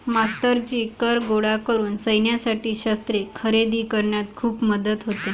मास्टरजी कर गोळा करून सैन्यासाठी शस्त्रे खरेदी करण्यात खूप मदत होते